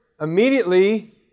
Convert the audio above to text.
immediately